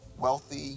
wealthy